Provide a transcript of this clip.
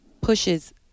pushes